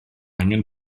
angen